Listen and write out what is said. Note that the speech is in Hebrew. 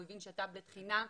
הוא הבין שהטאבלט חינם,